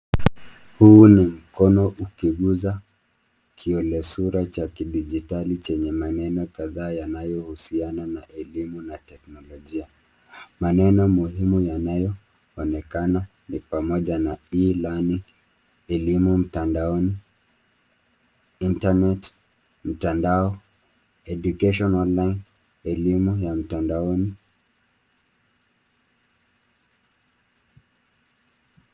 Huu ni mkono ukiguza kiolesura cha kidijitali chenye maneno kadhaa yanayohusiana na elimu na teknolojia. Maneno muhimu yanyoonekana ni pamoja na e-learning , elimu mtandaoni, internet , mtandao, education online , elimu ya mtandaoni.